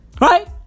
Right